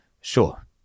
Sure